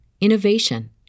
innovation